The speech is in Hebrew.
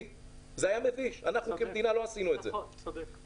אנחנו כמדינה לא עשינו את זה בזמנו,